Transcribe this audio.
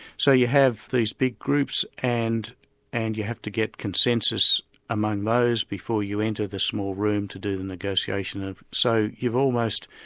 so you have these big groups, and and you have to get consensus among those before you enter the small room to do the negotiation. so you've almost,